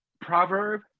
Proverb